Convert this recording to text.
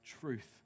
truth